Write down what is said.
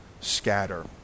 Scatter